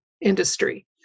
industry